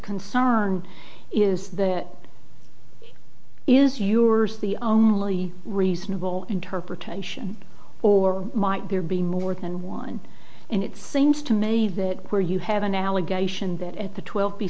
concerned is the is yours the only reasonable interpretation or might there be more than one and it seems to me that where you have an allegation that at the twelve b